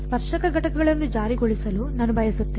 ಸ್ಪರ್ಶಕ ಘಟಕಗಳನ್ನು ಜಾರಿಗೊಳಿಸಲು ನಾನು ಬಯಸುತ್ತೇನೆ